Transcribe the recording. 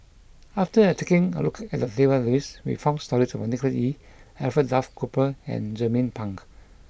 after taking a look at the database we found stories about Nicholas Ee Alfred Duff Cooper and Jernnine Pang